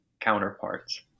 counterparts